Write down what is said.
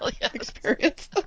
experience